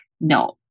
no